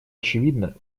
очевидно